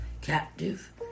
captive